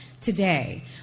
today